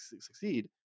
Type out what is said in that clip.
succeed